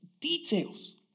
details